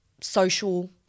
Social